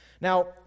Now